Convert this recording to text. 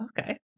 Okay